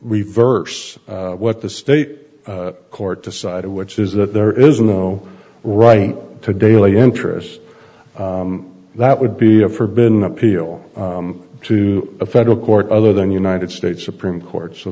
reverse what the state court decided which is that there is no right to daily interest that would be a forbidden appeal to a federal court other than the united states supreme court so